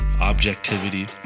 objectivity